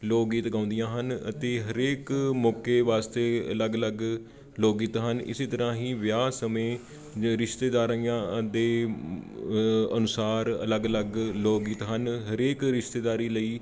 ਲੋਕ ਗੀਤ ਗਾਉਂਦੀਆਂ ਹਨ ਅਤੇ ਹਰੇਕ ਮੌਕੇ ਵਾਸਤੇ ਅਲੱਗ ਅਲੱਗ ਲੋਕ ਗੀਤ ਹਨ ਇਸੇ ਤਰ੍ਹਾਂ ਹੀ ਵਿਆਹ ਸਮੇਂ ਜੋ ਰਿਸ਼ਤੇਦਾਰੀਆਂ ਦੇ ਅਨੁਸਾਰ ਅਲੱਗ ਅਲੱਗ ਲੋਕ ਗੀਤ ਹਨ ਹਰੇਕ ਰਿਸ਼ਤੇਦਾਰੀ ਲਈ